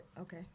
Okay